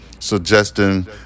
Suggesting